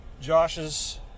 Josh's